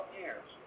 years